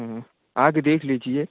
आ के देख लीजिए